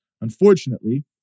unfortunately